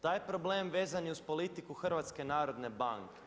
Taj problem vezan je uz politiku HNB.